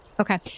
Okay